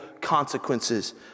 consequences